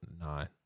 nine